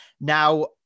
Now